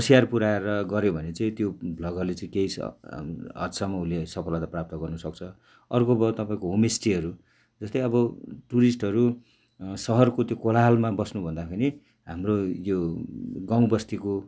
होसियार पुऱ्याएर गऱ्यो भने चाहिँ त्यो भ्लगरले चाहिँ केही हदसम्म उसले सफलता प्राप्त गर्नुसक्छ अर्को भयो तपाईँको होम स्टेहरू जस्तै आबो टुरिस्टहरू शसरको त्यो कोलाहलमा बस्नुभन्दाखेरि हाम्रो यो गाउँ बस्तीको